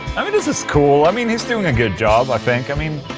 i mean, this is cool. i mean, he's doing a good job i think, i mean.